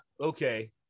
okay